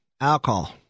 alcohol